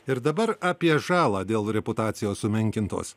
ir dabar apie žalą dėl reputacijos sumenkintos